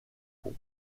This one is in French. pour